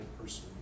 person